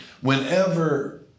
Whenever